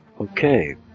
Okay